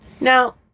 now